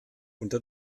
unter